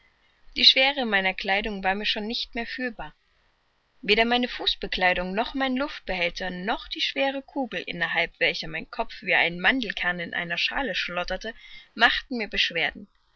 die schwere meiner kleidung war mir schon nicht mehr fühlbar weder meine fußbekleidung noch mein luftbehälter noch die schwere kugel innerhalb welcher mein kopf wie ein mandelkern in seiner schaale schlotterte machten mir beschwerden